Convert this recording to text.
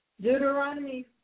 Deuteronomy